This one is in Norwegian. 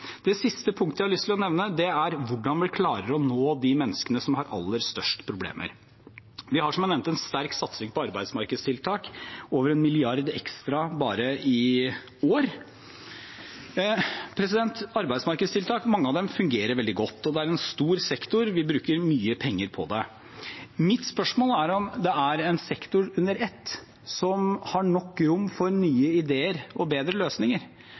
Det siste punktet jeg har lyst til å nevne, er hvordan vi klarer å nå de menneskene som har de aller største problemene. Vi har, som jeg nevnte, en sterk satsing på arbeidsmarkedstiltak, over en milliard ekstra bare i år. Mange av arbeidsmarkedstiltakene fungerer veldig godt, og det er en stor sektor, vi bruker mye penger på det. Mitt spørsmål er om det er en sektor under ett som har nok rom for nye ideer og bedre løsninger,